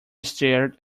stared